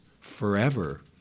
forever